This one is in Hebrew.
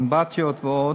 אמבטיות ועו,